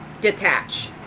detach